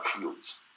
fields